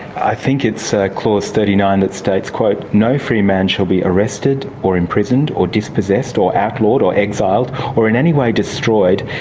i think it's ah clause thirty nine that states, no free man shall be arrested or imprisoned or dispossessed or outlawed or exiled or in any way destroyed,